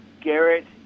Garrett